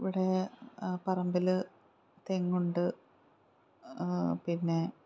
ഇവിടെ പറമ്പിൽ തെങ്ങുണ്ട് പിന്നെ